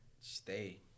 Stay